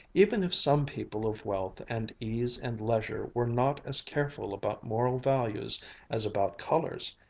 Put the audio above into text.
even if some people of wealth and ease and leisure were not as careful about moral values as about colors,